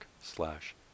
slash